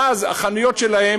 ואז פדיון החנויות שלהן